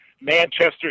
Manchester